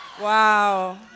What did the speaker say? Wow